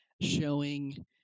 showing